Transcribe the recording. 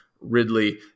Ridley